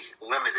limited